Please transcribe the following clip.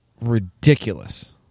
ridiculous